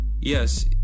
Yes